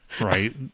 Right